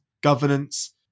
governance